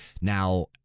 Now